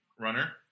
runner